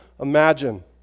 imagine